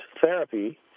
therapy